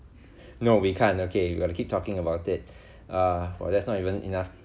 no we can't okay we got to keep talking about it ah oh that's not even enough